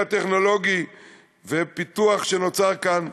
ידע טכנולוגי ופיתוח שנוצר כאן,